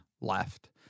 left